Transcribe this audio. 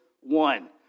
one